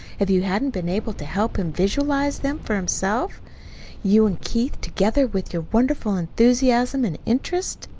if you hadn't been able to help him visualize them for himself you and keith together with your wonderful enthusiasm and interest?